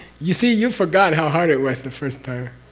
you see you forgot how hard it was the first time.